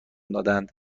دادهاند